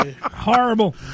Horrible